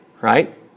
right